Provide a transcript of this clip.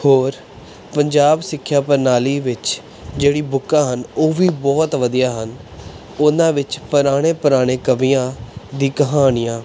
ਹੋਰ ਪੰਜਾਬ ਸਿੱਖਿਆ ਪ੍ਰਣਾਲੀ ਵਿੱਚ ਜਿਹੜੀਆਂ ਬੁੱਕਾਂ ਹਨ ਉਹ ਵੀ ਬਹੁਤ ਵਧੀਆ ਹਨ ਉਹਨਾਂ ਵਿੱਚ ਪੁਰਾਣੇ ਪੁਰਾਣੇ ਕਵੀਆਂ ਦੀਆਂ ਕਹਾਣੀਆਂ